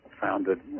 founded